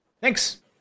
Thanks